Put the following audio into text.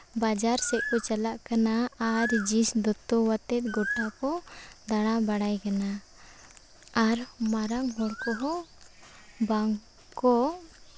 ᱵᱟᱡᱟᱨ ᱥᱮᱫ ᱠᱚ ᱪᱟᱞᱟᱜ ᱠᱟᱱᱟ ᱟᱨ ᱡᱤᱱᱥ ᱫᱚᱛᱚᱣᱟᱛᱮᱫ ᱜᱚᱴᱟ ᱠᱚ ᱫᱟᱬᱟ ᱵᱟᱲᱟᱭ ᱠᱟᱱᱟ ᱟᱨ ᱢᱟᱨᱟᱝ ᱦᱚᱲ ᱠᱚᱦᱚᱸ ᱵᱟᱝ ᱠᱚ